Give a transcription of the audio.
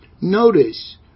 Notice